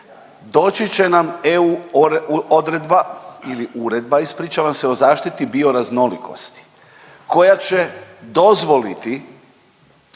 doći će nam EU odredba ili uredba, ispričavam se, o zaštiti bioraznolikosti koja će dozvoliti